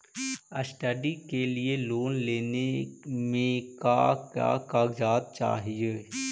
Study के लिये loan लेने मे का क्या कागजात चहोये?